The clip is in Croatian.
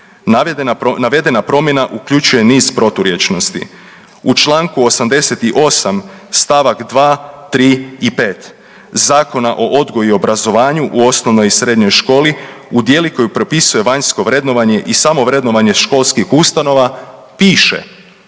Navedena promjena uključuje niz proturječnosti. U čl. 88. st. 2., 3. i 5. Zakona o odgoju i obrazovanju u osnovnoj i srednjoj školi u dijelu koje propisuje vanjsko vrednovanje i samo vrednovanje školskih ustanova piše,